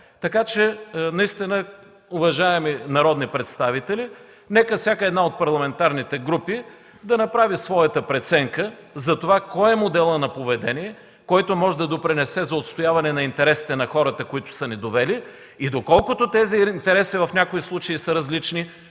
Така че наистина, уважаеми народни представители, нека всяка една от парламентарните групи да направи своята преценка за това кой е моделът на поведение, който може да допринесе за отстояване интересите на хората, които са ни довели и доколкото тези интереси в някои случаи са различни,